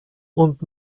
und